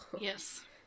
Yes